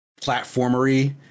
platformery